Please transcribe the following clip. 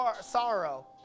sorrow